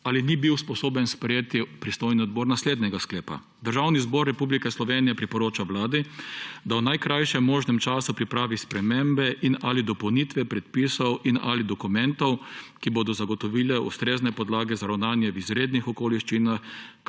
Ali ni bil sposoben pristojni odbor sprejeti naslednjega sklepa: »Državni zbor Republike Slovenije priporoča Vladi, da v najkrajšem možnem času pripravi spremembe in/ali dopolnitve predpisov in/ali dokumentov, ki bodo zagotovile ustrezne podlage za ravnanje v izrednih okoliščinah,